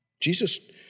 Jesus